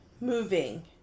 moving